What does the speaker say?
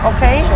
Okay